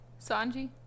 Sanji